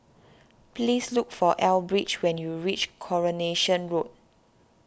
please look for Elbridge when you reach Coronation Road